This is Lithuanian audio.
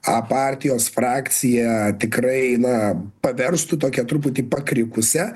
a partijos frakciją tikrai na paverstų tokia truputį pakrikusia